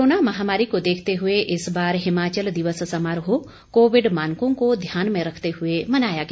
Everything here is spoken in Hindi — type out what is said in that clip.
कोरोना महामारी को देखते हुए इस बार हिमाचल दिवस समारोह कोविड मानकों को ध्यान में रखते हए मनाया गया